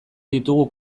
ditugu